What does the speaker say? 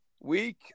week